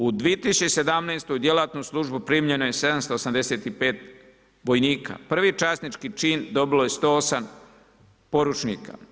U 2017. u djelatnu službu primjeno je 785 vojnika, prvi časnički čin dobilo je 108 poručnika.